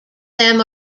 them